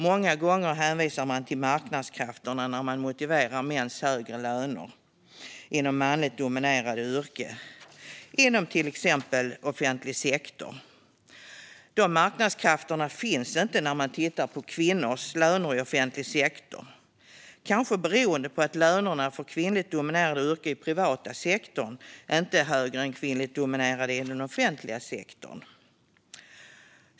Många gånger hänvisar man till marknadskrafterna när man motiverar mäns högre löner inom manligt dominerade yrken inom till exempel offentlig sektor. Dessa marknadskrafter finns inte när det gäller kvinnors löner i offentlig sektor. Kanske beror det på att lönerna i kvinnligt dominerade yrken i den privata sektorn inte är högre än lönerna i kvinnligt dominerade yrken inom den offentliga sektorn.